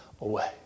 away